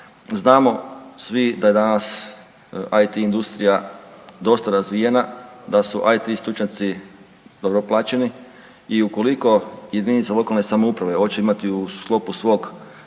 znamo svi da je danas IT industrija dosta razvijena, da su IT stručnjaci dobro plaćeni i ukoliko JLS oće imati u sklopu svoje